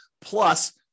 plus